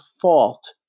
fault